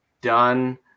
done